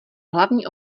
hlavní